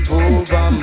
over